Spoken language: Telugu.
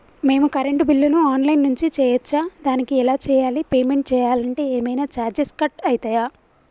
మేము కరెంటు బిల్లును ఆన్ లైన్ నుంచి చేయచ్చా? దానికి ఎలా చేయాలి? పేమెంట్ చేయాలంటే ఏమైనా చార్జెస్ కట్ అయితయా?